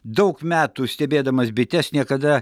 daug metų stebėdamas bites niekada